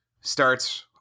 starts